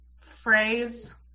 phrase